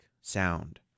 sound